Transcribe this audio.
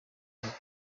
nk’ibi